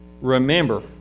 Remember